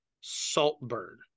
Saltburn